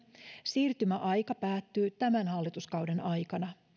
siirtymäaika päättyy tämän hallituskauden aikana